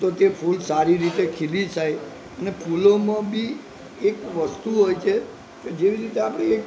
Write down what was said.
તો તે ફૂલ સારી રીતે ખીલી જાય અને ફૂલોમાં બી એક વસ્તુ હોય છે જેવી રીતે આપણે